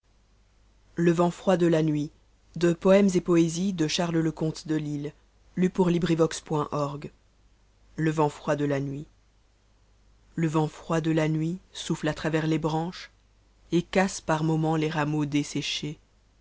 entrer ceint de ta pourpre en mon éternité le vent froid de la nuit le vent froid de la nuit soune à travers les branches et casse par moments les rameaax desséchés